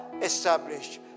established